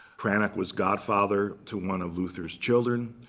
cranach was godfather to one of luther's children.